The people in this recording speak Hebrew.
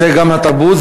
זה גם התרבות,